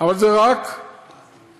אבל זה רק במכסות.